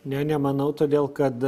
ne nemanau todėl kad